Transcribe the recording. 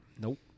Nope